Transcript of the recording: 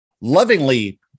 lovingly